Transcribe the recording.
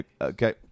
Okay